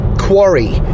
Quarry